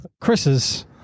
chris's